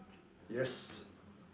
yes